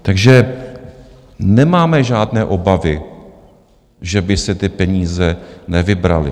Takže nemáme žádné obavy, že by se ty peníze nevybraly.